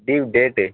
due date